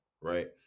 right